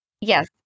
Yes